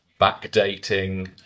backdating